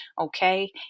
Okay